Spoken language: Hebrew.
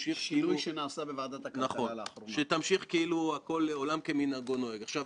כי מה שקרה בבנקים זה "שיטת מצליח" שהצליחה.